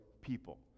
people